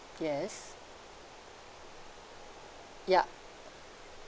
yes ya